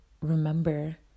remember